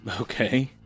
Okay